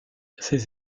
ces